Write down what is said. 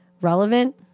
relevant